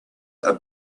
are